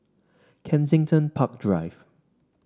Kensington Park Drive